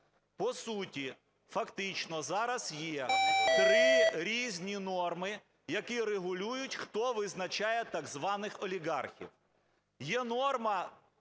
По суті фактично зараз є три різні норми, які регулюють, хто визначає так званих олігархів. Є норма